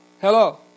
Hello